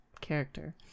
character